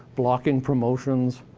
blocking promotions,